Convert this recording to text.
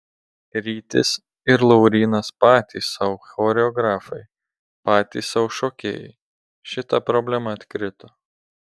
rytis ir laurynas patys sau choreografai patys sau šokėjai šita problema atkrito